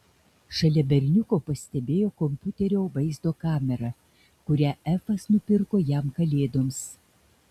šalia berniuko pastebėjo kompiuterio vaizdo kamerą kurią efas nupirko jam kalėdoms